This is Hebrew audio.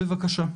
בבקשה.